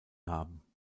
haben